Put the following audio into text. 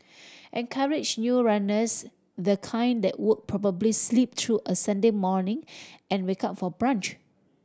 encourage new runners the kind that would probably sleep through a Sunday morning and wake up for brunch